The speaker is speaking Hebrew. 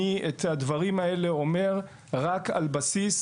אני אומר את הדברים האלה רק על בסיס